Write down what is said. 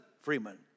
Freeman